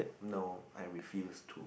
no I refuse to